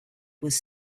was